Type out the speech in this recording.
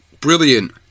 Brilliant